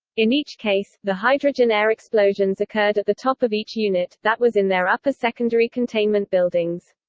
in each case, the hydrogen-air explosions occurred at the top of each unit, that was in their upper secondary containment buildings.